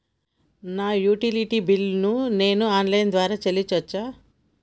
నా యొక్క utility bill ను నేను ఆన్ లైన్ ద్వారా చెల్లించొచ్చా?